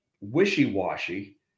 wishy-washy